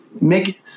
make